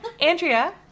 Andrea